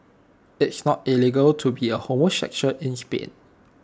it's not illegal to be A homosexual in Spain